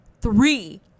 three